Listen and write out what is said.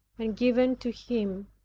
and given to him,